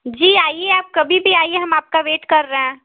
जी आइए आप कभी भी आइए हम आपका वेट कर रहे हैं